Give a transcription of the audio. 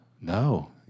no